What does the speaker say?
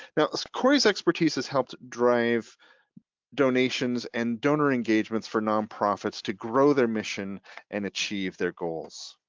now as corey's expertise has helped drive donations and donor engagements for nonprofits to grow their mission and achieve their goals.